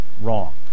Wrong